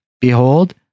behold